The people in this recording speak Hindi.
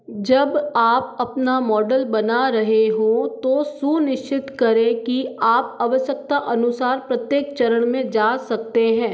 जब आप अपना मॉडल बना रहे हों तो सुनिश्चित करें कि आप आवश्यकता अनुसार प्रत्येक चरण में जा सकते हैं